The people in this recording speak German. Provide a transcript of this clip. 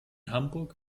hamburg